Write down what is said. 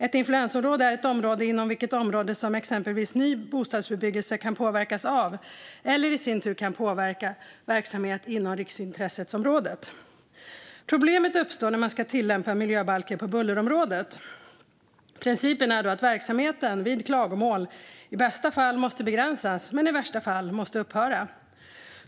Ett influensområde är ett område inom vilket åtgärder som exempelvis ny bostadsbebyggelse kan påverkas av, eller som i sin tur kan påverka, verksamhet inom riksintresseområdet." Problemet uppstår när man ska tillämpa miljöbalken på bullerområdet. Principen är då att verksamheten, vid klagomål, i bästa fall måste begränsas och i värsta fall upphöra.